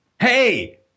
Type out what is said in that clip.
Hey